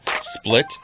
split